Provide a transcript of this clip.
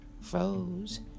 froze